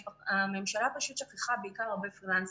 והממשלה פשוט שכחה בעיקר הרבה פרלילנסרים.